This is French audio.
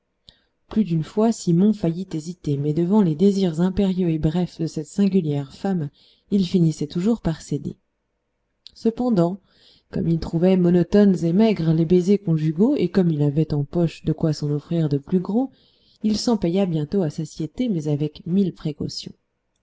plus d'une fois simon faillit hésiter mais devant les désirs impérieux et brefs de cette singulière femme il finissait toujours par céder cependant comme il trouvait monotones et maigres les baisers conjugaux et comme il avait en poche de quoi s'en offrir de plus gros il s'en paya bientôt à satiété mais avec mille précautions